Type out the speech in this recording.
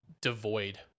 devoid